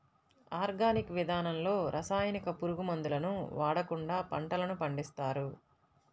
organic విధానంలో రసాయనిక, పురుగు మందులను వాడకుండా పంటలను పండిస్తారు